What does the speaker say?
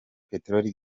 peteroli